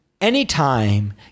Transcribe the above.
Anytime